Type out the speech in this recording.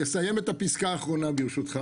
אני אסיים את הפסקה האחרונה, ברשותך